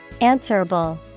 Answerable